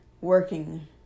working